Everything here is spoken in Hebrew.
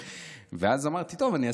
ואז אמרתי: טוב, אז אני אעשה אותו דבר לך.